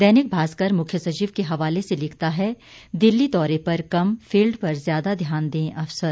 दैनिक भास्कर मुख्य सचिव के हवाले से लिखता है दिल्ली दौरे पर कम फील्ड पर ज्यादा ध्यान दें अफसर